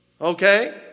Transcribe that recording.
Okay